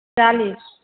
चालीस